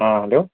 آ ہیلو